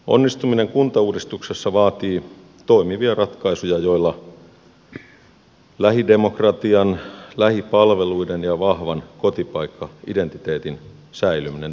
onnistuminen kuntauudistuksessa vaatii toimivia ratkaisuja joilla lähidemokratian lähipalveluiden ja vahvan kotipaikkaidentiteetin säilyminen